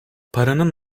paranın